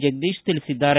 ಜಗದೀಶ್ ತಿಳಿಸಿದ್ದಾರೆ